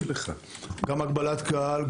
גם הגבלת קהל,